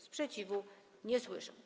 Sprzeciwu nie słyszę.